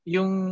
Yung